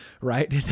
right